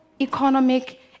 economic